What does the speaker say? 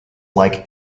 like